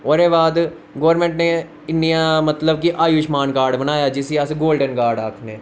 उ'दे बाद गोर्मेंट ने इन्नियां मतलब कि आयुष्मान कार्ड बनाया जिसी अस गोलडन कार्ड आखने